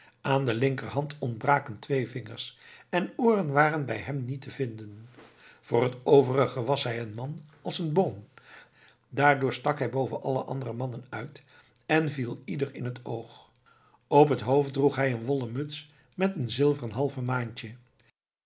aan de linkerhand ontbraken twee vingers en ooren waren bij hem niet te vinden voor het overige was hij een man als een boom daardoor stak hij boven alle andere mannen uit en viel ieder in het oog op het hoofd droeg hij eene wollen muts met een zilveren halve maantje